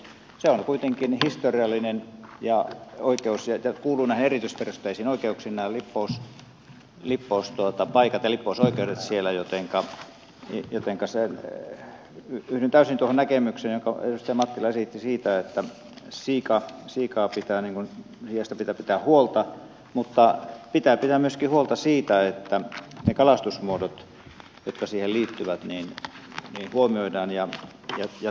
se on kuitenkin historiallinen oikeus ja nämä lippouspaikat ja lippousoikeudet siellä kuuluvat näihin eritysperusteisiin oikeuksiin jotenka yhdyn täysin tuohon näkemykseen jonka edustaja mattila esitti siitä että siiasta pitää pitää huolta mutta pitää pitää huolta myöskin siitä että ne kalastusmuodot jotka siihen liittyvät huomioidaan ja turvataan